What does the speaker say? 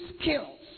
skills